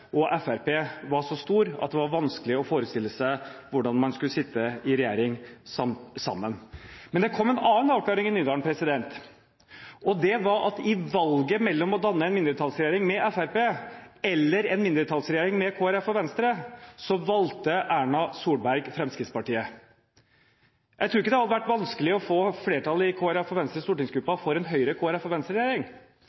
og Fremskrittspartiet var så stor at det var vanskelig å forestille seg hvordan man skulle sitte i regjering sammen. Men det kom en annen avklaring i Nydalen, og det var at i valget mellom å danne en mindretallsregjering med Fremskrittspartiet eller en mindretallsregjering med Kristelig Folkeparti og Venstre valgte Erna Solberg Fremskrittspartiet. Jeg tror ikke det hadde vært vanskelig å få flertall i Kristelig Folkepartis og Venstres